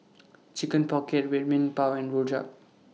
Chicken Pocket Red Bean Bao and Rojak